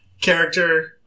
character